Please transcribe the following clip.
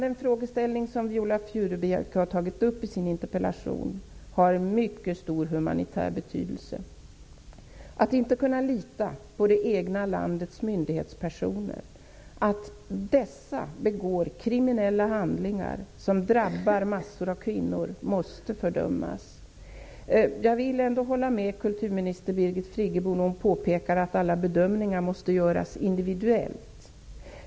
Den frågeställning som Viola Furubjelke tar upp i sin interpellation har mycket stor humanitär betydelse. Att inte kunna lita på det egna landets myndighetspersoner och att dessa begår kriminella handlingar som drabbar en mängd kvinnor måste fördömas. Jag håller ändå med kulturminister Birgit Friggebo när hon påpekar att alla bedömningar måste göras individuellt.